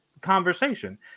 conversation